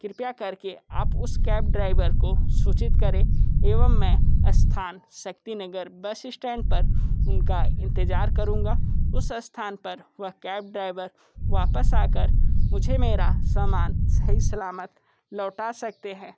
कृपया कर के आप उस कैब ड्राइवर को सूचित करें एवं मैं स्थान शक्ति नगर बस स्टैंड पर उन का इंतज़ार करूँगा उस स्थान पर वह कैब ड्राइवर वापस आ कर मुझे मेरा समान सही सलामत लौटा सकते हैं